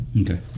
Okay